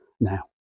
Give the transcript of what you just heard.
now